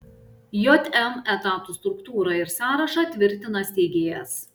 jm etatų struktūrą ir sąrašą tvirtina steigėjas